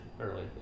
early